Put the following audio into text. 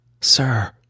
Sir